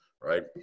right